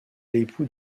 l’époux